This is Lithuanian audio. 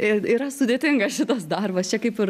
ir yra sudėtingas šitas darbas čia kaip ir